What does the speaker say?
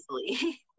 easily